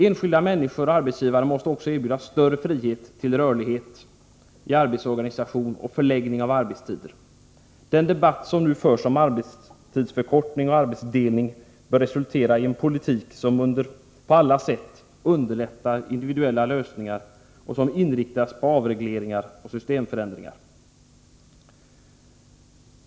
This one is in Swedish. Enskilda människor och arbetsgivare måste också erbjudas större frihet till rörlighet i arbetsorganisation och förläggning av arbetstider. Den debatt som nu förs om arbetstidsförkortning och arbetsdelning bör resultera i en politik som på alla sätt underlättar individuella lösningar och som inriktas på avregleringar och systemförändringar.